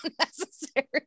unnecessary